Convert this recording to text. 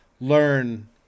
learn